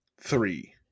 three